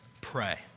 Pray